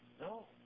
no